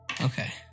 Okay